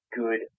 good